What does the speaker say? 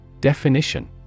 Definition